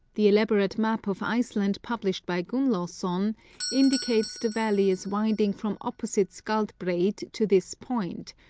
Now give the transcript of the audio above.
the elaborate map of iceland published by gunnlaugson indicates the valley as winding from opposite skjaldbreid to this point,